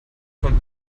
von